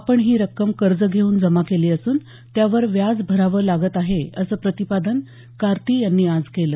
आपण ही रक्कम कर्ज घेऊन जमा केली असून त्यावर व्याज भरावं लागत आहे असं प्रतिपादन कार्ती यांनी आज केलं